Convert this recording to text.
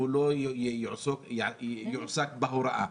לא יועסק בהוראה.